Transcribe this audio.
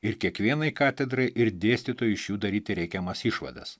ir kiekvienai katedrai ir dėstytojai iš jų daryti reikiamas išvadas